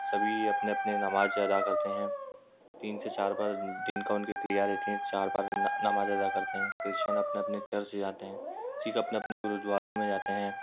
सभी अपने अपने नमाज़ अदा करते हैं तीन से चार बार दिन का उनके क्रिया रहती हैं चार बार नमाज़ अदा करते हैं क्रिश्चन अपने अपने चर्च जाते हैं सिख अपने अपने गुरुद्वारों में जाते हैं